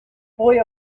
boy